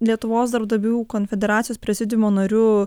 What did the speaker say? lietuvos darbdavių konfederacijos prezidiumo nariu